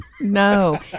No